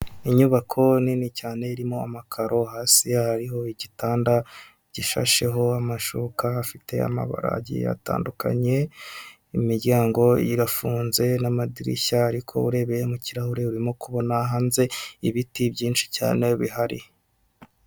Inyubako nini cyane irimo amakaro hasi hariho igitanda gishasheho amashuka afite amabara agiye atandukanye, imiryango irafunze n'amadirishya ariko urebeye mu kirahure urimo kubona hanze ibiti byinshi cyane bihari.